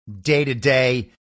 day-to-day